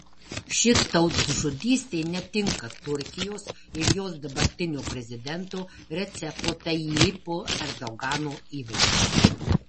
ši tautžudystė netinka turkijos ir jos dabartinio prezidento recepo tayyipo erdogano įvaizdžiui